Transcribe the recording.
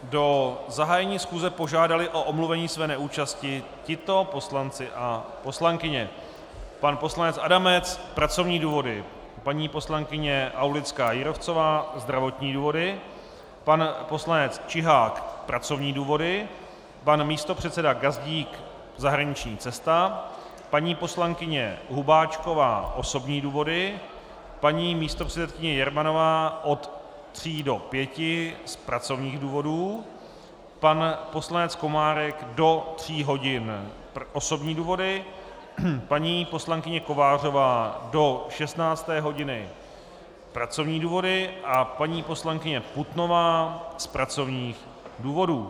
Do zahájení schůze požádali o omluvení své neúčasti tito poslanci a poslankyně: pan poslanec Adamec pracovní důvody, paní poslankyně Aulická Jírovcová zdravotní důvody, pan poslanec Čihák pracovní důvody, pan místopředseda Gazdík zahraniční cesta, paní poslankyně Hubáčková osobní důvody, paní místopředsedkyně Jermanová od tří do pěti z pracovních důvodů, pan poslanec Komárek do tří hodin osobní důvody, paní poslankyně Kovářová do 16. hodiny pracovní důvody a paní poslankyně Putnová z pracovních důvodů.